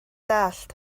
dallt